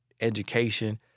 education